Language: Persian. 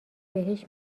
بهشت